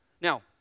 Now